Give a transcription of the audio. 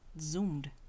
zoomed